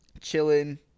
chilling